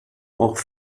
auch